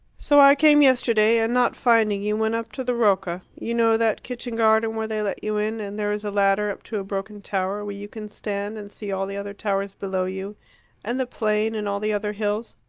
so i came yesterday, and, not finding you, went up to the rocca you know that kitchen-garden where they let you in, and there is a ladder up to a broken tower, where you can stand and see all the other towers below you and the plain and all the other hills?